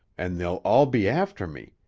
an' they'll all be after me,